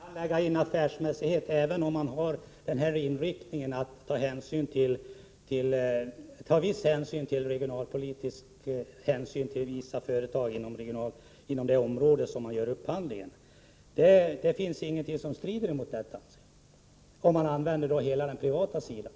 Herr talman! Man kan lägga in krav på affärsmässighet, även om inriktningen är att ta vissa regionalpolitiska hänsyn till privata företag som finns inom det område där man gör upphandlingen. Det finns inget som motsäger en sådan ordning.